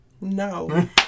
No